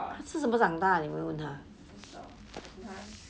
是怎么长大你有没有问他